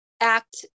act